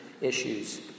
issues